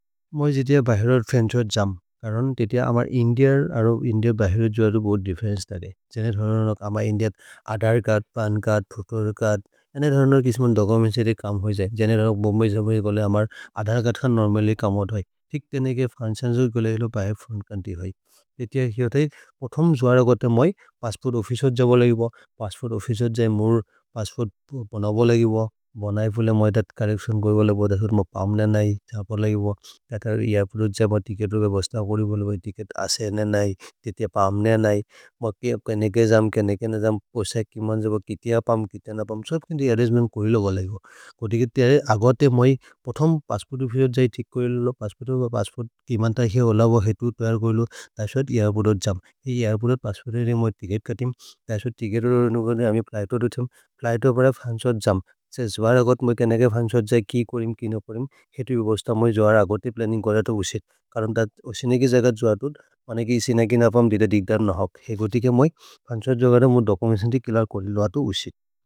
मोइ जितिय बहरर् फ्रेन्छ्वर्द् जाम्, करन् तेतिय अमर् इन्दियर् अरो इन्दियर् बहरर् जवदु बोध् दिफ्फेरेन्चे तारे। जेनै धरनक् अमर् इन्दियत् अधर् घत्, पन् घत्, थुकर् घत्, जेनै धरनक् किस्मन् धगमन्सेरि कम् होइ जै। जेनै धरनक् भोम्बय् जवदु कोले अमर् अधर् घत् खन् नोर्मल्ल्य् कमोद् होइ। तिक् तेनेके फ्रन्चेअन्स्वर् कोले हेलो बहर् फ्रोन्त् चोउन्त्र्य् होइ। तेतिय हिओत हि, पोथम् जवद गत मै पस्स्पोर्त् ओफ्फिचेर् ज बोल गिव। पस्स्पोर्त् ओफ्फिचेर् जै मुर् पस्स्पोर्त् बन बोल गिव। बनै फुले मै थत् चोर्रेच्तिओन् गोइ बोल गिव, दसुर् म पाम्ने नहि, थ पोल गिव। तत रे-अप्प्रोअछ् ज म तिकेत् रोबे बस्त गोरि बोल भै, तिकेत् असे न नहि। तेतिय पाम्ने न नहि, म केनेके जाम्, केनेके न जाम्, पोसक् किमन् जब, कितेय पाम्। कितेय न पाम्, स्वब् किन्ते अर्रन्गेमेन्त् कोइल बोल गिव। गोदिके तेरे अगते मै, पोथम् पस्स्पोर्त् ओफ्फिचेर् जै तिक् कोएल बोल, पस्स्पोर्त् ओफ्फिचेर् ज पस्स्पोर्त्। किमन् त हे होल बोल, हे तो तोयल कोएल बोल, दसुर् ऐर्पोर्त् और् जाम्। ऐर्पोर्त् और् पस्स्पोर्त् हेरे मै तिकेत् कतिम्, दसुर् तिकेत् रोबे नुकर्ने अमि फ्लिघ्त् और् उथम्। फ्लिघ्त् और् बर फ्रन्चेअन्स्वर् जाम्। से ज्वर् अगते मै केनेके फ्रन्चेअन्स्वर् जै कि कोरेम्, किनो परेम्। हे तो बि बस्त मै ज्वर् अगते प्लन्निन्ग् करत उसिर्। करन् त उसिनगि जगत् जवदु, पनगि उसिनगि न पाम् दित दिक्त न हौक्, हे गोदिके मै। फ्रन्चेअन्स्वर् जगत् मोइ दोचुमेन्तर्य् कील करेल, अतो उसिर्।